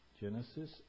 Genesis